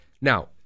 Now